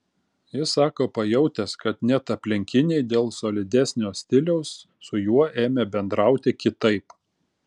jis sako pajautęs kad net aplinkiniai dėl solidesnio stiliaus su juo ėmė bendrauti kitaip